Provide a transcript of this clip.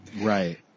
Right